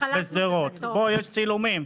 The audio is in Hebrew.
יש צילומים.